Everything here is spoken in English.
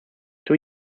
two